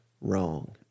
wrong